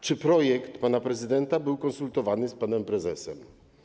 Czy projekt pana prezydenta był konsultowany z panem prezesem?